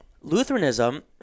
Lutheranism